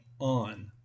on